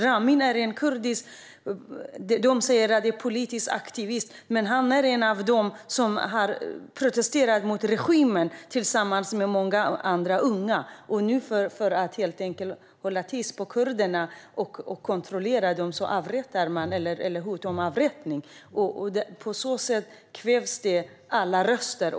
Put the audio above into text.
De säger att Ramin är en politisk aktivist, men han är en av dem som har protesterat mot regimen tillsammans med många andra unga. För att kontrollera kurderna och få dem att hålla tyst avrättar man dem eller kommer med hot om avrättning. På så sätt kvävs alla röster.